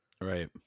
Right